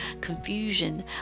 confusion